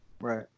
Right